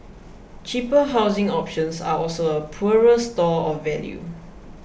cheaper housing options are also a poorer store of value